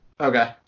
Okay